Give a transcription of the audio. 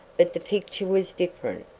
but the picture was different.